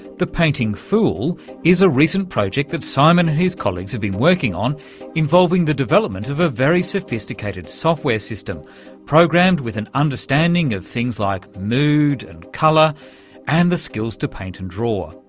the painting fool is a recent project that simon and his colleagues have been working on involving the development of a very sophisticated software system programmed with an understanding of things like mood and colour and the skills to paint and draw.